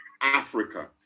Africa